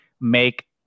make